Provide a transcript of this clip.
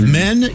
men